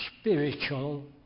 spiritual